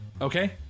okay